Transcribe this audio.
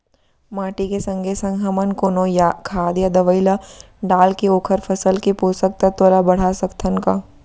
माटी के संगे संग हमन कोनो खाद या दवई ल डालके ओखर फसल के पोषकतत्त्व ल बढ़ा सकथन का?